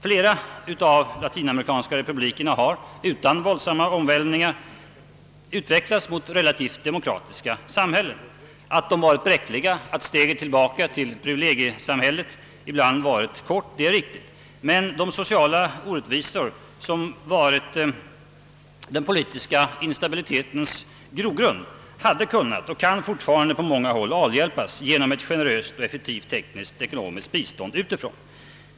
Flera av de latinamerikanska republikerna har utan våldsamma omvälvningar utvecklats till relativt demokratiska samhällen. Att de varit bräckliga, att steget tillbaka till privilegiesamhället ibland varit kort är riktigt, men de sociala orättvisor som varit den politiska instabilitetens grogrund hade kunnat och kan fortfarande på många håll avhjälpas genom ett generöst och effektivt tekniskt och ekonomiskt bistånd utifrån.